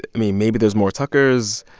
i mean, maybe there's more tuckers,